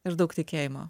ir daug tikėjimo